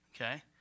Okay